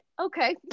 Okay